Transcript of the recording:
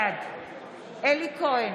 בעד אלי כהן,